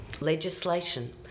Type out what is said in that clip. legislation